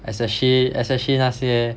especially especially 那些